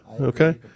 okay